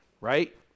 right